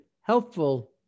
helpful